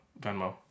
Venmo